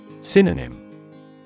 Synonym